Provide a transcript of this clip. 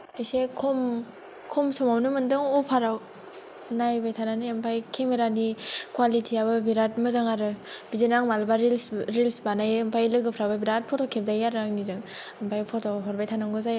एसे खम खम समावनो मोनदों अपारयाव नायबाय थानानै आमफाय केमेरानि कयालिथियाबो बेराद मोजां आरो बिदिनो आं मालाबा रिल्सबबो रिल्स बानायो आमफाय लोगोफ्राबो बेराद पट' खेबजायो आरो आंनिजों आमफाय पट' हरबाय थानांगौ जायो